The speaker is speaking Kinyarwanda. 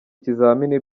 ikizamini